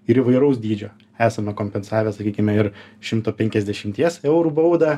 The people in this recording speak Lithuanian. ir įvairaus dydžio esame kompensavę sakykime ir šimto penkiasdešimties eurų baudą